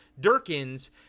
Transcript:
Durkins